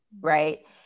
right